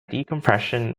decompression